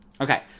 Okay